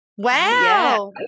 Wow